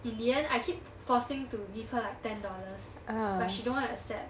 in the end I keep forcing to give her like ten dollars she don't want accept